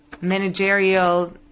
managerial